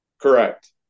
Correct